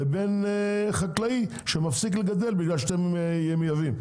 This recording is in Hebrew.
לבין חקלאי שמפסיק לגדל כי אתם מייבאים.